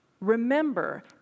remember